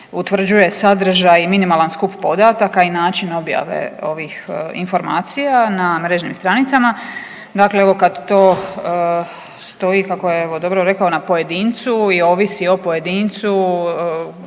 utvrđuje sadržaj i minimalan skup podataka i način objave informacija na mrežnim stranicama. Dakle, evo kad to stoji kako je evo dobro rekao na pojedincu i ovisi o pojedincu